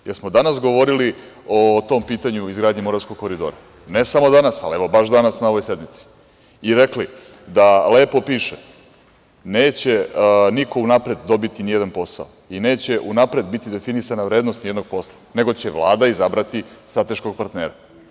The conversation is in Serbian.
Danas smo govorili o tom pitanju izgradnje Moravskog koridora, ne samo danas, ali baš i na ovoj sednici i rekli smo da lepo piše, neće niko unapred dobiti nijedan posao i neće unapred biti definisana vrednost nijednog posla, nego će Vlada izabrati strateškog partnera.